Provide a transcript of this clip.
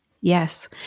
Yes